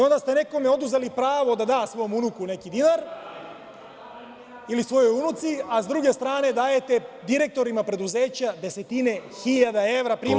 Onda ste nekome oduzeli pravo da da svom unuku neki dinar ili svojoj unici, a s druge strane dajete direktorima preduzeća desetine hiljada evra primanja.